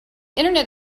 internet